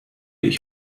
ich